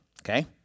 okay